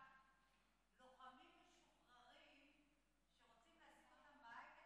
לוחמים משוחררים שרוצים להעסיק אותם בהייטק,